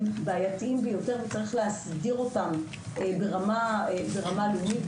בעייתיים ביותר וצריך להסדיר אותם ברמה הלאומית,